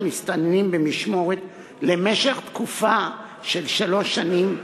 מסתננים במשמורת למשך תקופה של שלוש שנים,